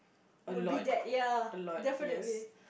would be that ya definitely